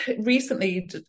recently